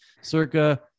circa